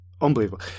Unbelievable